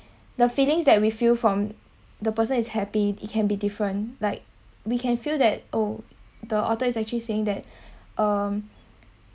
the feelings that we feel from the person is happy it can be different like we can feel that oh the author is actually saying that um